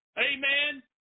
Amen